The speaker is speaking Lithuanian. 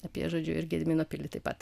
apie žodžiu ir gedimino pilį taip pat